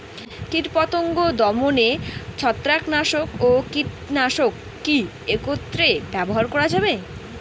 কীটপতঙ্গ দমনে ছত্রাকনাশক ও কীটনাশক কী একত্রে ব্যবহার করা যাবে?